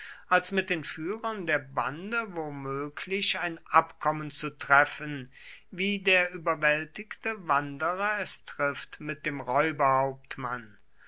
als mit den führern der bande womöglich ein abkommen zu treffen wie der überwältigte wanderer es trifft mit dem räuberhauptmann